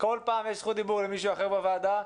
כל פעם יש זכות דיבור למישהו אחר בוועדה.